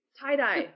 Tie-dye